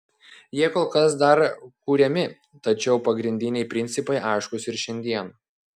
jie kol kas dar kuriami tačiau pagrindiniai principai aiškūs ir šiandien